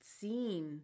seen